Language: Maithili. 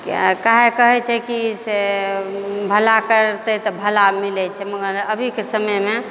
किए काहे कहै छै कि से भला करतै तऽ भला मिलै छै मगर अभीके समयमे